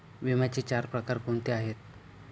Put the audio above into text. विम्याचे चार प्रकार कोणते आहेत?